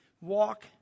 walk